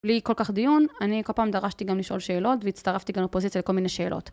בלי כל כך דיון, אני כל פעם דרשתי גם לשאול שאלות והצטרפתי גם לפוזיציה לכל מיני שאלות.